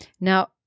Now